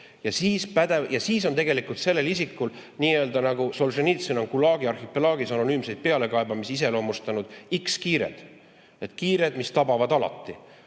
Ja siis on tegelikult sellel isikul, nii nagu Solženitsõn on "Gulagi arhipelaagis" anonüümseid pealekaebamise iseloomustanud, X-kiired – kiired, mis tabavad alati.